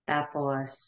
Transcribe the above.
Tapos